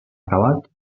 acabat